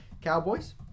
Cowboys